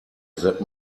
that